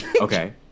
Okay